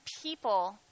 people